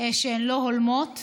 שהן לא הולמות.